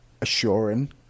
assuring